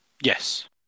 Yes